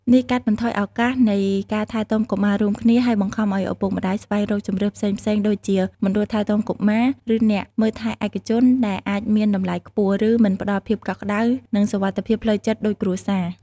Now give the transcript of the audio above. នេះកាត់បន្ថយឱកាសនៃការថែទាំកុមាររួមគ្នា ហើយបង្ខំឱ្យឪពុកម្ដាយស្វែងរកជម្រើសផ្សេងៗដូចជាមណ្ឌលថែទាំកុមារ ឬអ្នកមើលថែឯកជន ដែលអាចមានតម្លៃខ្ពស់ ឬមិនផ្ដល់ភាពកក់ក្ដៅ និងសុវត្ថិភាពផ្លូវចិត្តដូចគ្រួសារ។